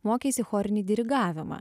mokeisi chorinį dirigavimą